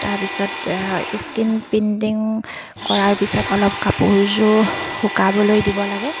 তাৰপিছত screen printing কৰাৰ পিছত অলপ কাপোৰযোৰ শুকাবলৈ দিব লাগে